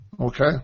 Okay